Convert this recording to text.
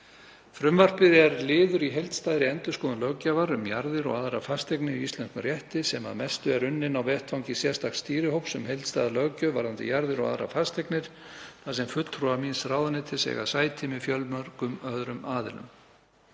Frumvarpið er liður í heildstæðri endurskoðun löggjafar um jarðir og aðrar fasteignir í íslenskum rétti sem að mestu er unnin á vettvangi sérstaks stýrihóps um heildstæða löggjöf varðandi jarðir og aðrar fasteignir þar sem fulltrúar míns ráðuneytis eiga sæti með fjölmörgum öðrum aðilum.